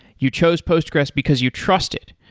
you chose postgressql because you trust it.